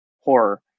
horror